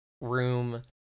room